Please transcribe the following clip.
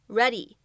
ready